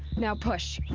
now push!